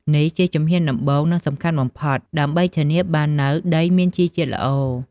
នេះជាជំហានដំបូង និងសំខាន់បំផុតដើម្បីធានាបាននូវដីមានជីជាតិល្អ។